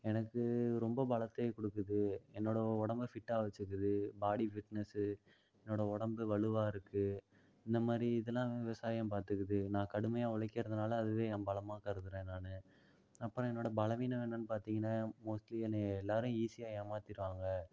எனக்கு ரொம்ப பலத்தை கொடுக்குது என்னோட உடம்ப ஃபிட்டாக வச்சுக்கிது பாடி ஃபிட்னஸ்ஸு என்னோட உடம்பு வலுவாக இருக்கு இந்தமாதிரி இதெலாம் விவசாயம் பார்த்துக்குது நான் கடுமையாக உழைக்கிறதுனால அதுவே ஏன் பலமாக கருதுறேன் நான் அப்புறம் என்னோட பலவீனம் என்னன்னு பார்த்திங்கன்னா மோஸ்ட்லி என்னையை எல்லாரும் ஈஸியாக ஏமாற்றிருவாங்க